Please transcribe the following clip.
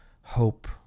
hope